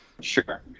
sure